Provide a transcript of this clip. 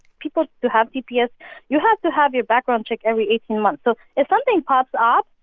people who have tps you have to have your background check every eighteen months. so if something pops up,